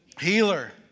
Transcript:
Healer